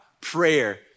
prayer